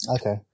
Okay